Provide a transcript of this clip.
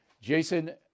Jason